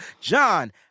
John